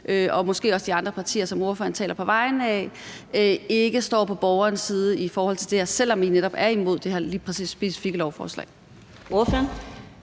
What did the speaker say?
og måske også de andre partier, som ordføreren taler på vegne af, ikke står på borgerens side i forhold til det her, selv om I netop er imod lige præcis det her specifikke lovforslag.